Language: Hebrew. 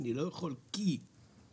בכיר ככל שיהיה,